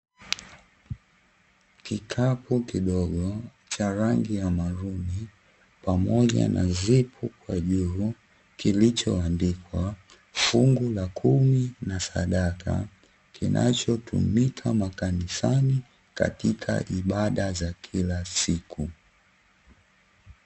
Kikapu kidogo cha rangi ya maluni pamoja na zipu kwa juu, kilichoandikwa 'fungu la kumi na sadaka'kinachotumika makanisani katika ibada za kila siku.